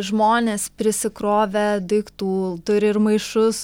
žmonės prisikrovę daiktų turi ir maišus